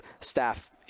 staff